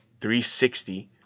360